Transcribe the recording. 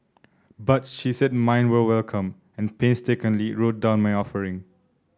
but she said mine were welcome and painstakingly wrote down my offering